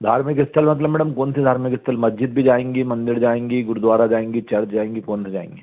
धार्मिक स्थल मतलब मैडम कौन से धार्मिक स्थल मस्जिद भी जाएंगे मंदिर जाएंगे गुरुद्वारा जाएंगे चर्च जाएंगे कौन सा जाएंगे